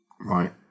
Right